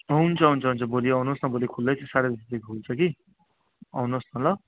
हुन्छ हुन्छ हुन्छ भोलि आउनुहोस् न भोलि खुल्लै छ स्याटरडे चाहिँ खुल्छ कि आउनुहोस् न ल